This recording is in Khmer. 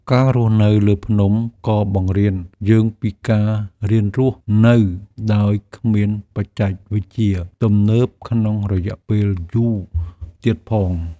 ការរស់នៅលើភ្នំ ក៏បង្រៀនយើងពីការរៀនរស់នៅដោយគ្មានបច្ចេកវិទ្យាទំនើបក្នុងរយៈពេលយូរទៀតផង។